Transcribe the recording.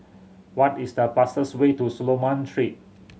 what is the fastest way to Solomon Street